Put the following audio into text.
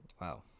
Wow